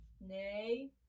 Nay